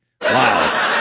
Wow